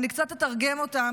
ואני קצת אתרגם אותם,